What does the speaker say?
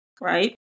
right